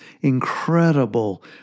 incredible